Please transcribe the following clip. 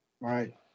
Right